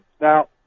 Now